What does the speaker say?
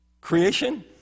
creation